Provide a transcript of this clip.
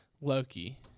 Loki